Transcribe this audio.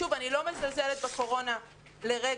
שוב, אני לא מזלזלת בקורונה לרגע.